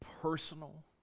personal